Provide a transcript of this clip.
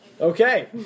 Okay